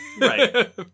Right